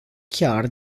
chiar